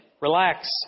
relax